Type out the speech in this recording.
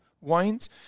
wines